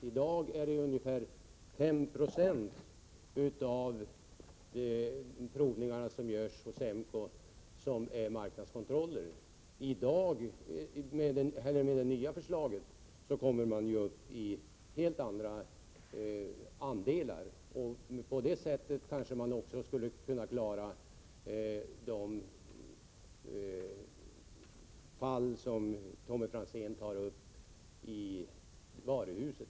I dag är ungefär 5 26 av de provningar som görs hos SEMKO marknadskontroller. Genomförs det nya förslaget kommer det att bli en helt annan siffra. På det sättet kanske man också skulle kunna klara de fall som Tommy Franzén tar upp när det gäller varuhusen.